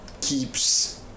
keeps